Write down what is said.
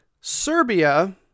Serbia